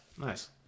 nice